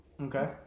Okay